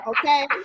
okay